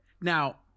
now